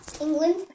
England